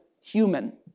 human